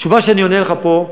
שהתשובה שאני אענה לך פה,